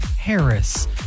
Harris